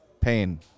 Pain